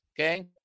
Okay